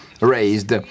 raised